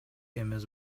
эмес